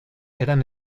eran